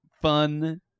fun